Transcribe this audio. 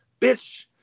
bitch